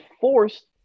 forced